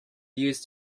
used